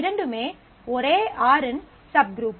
இரண்டுமே ஒரே R இன் சப்குரூப்